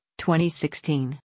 2016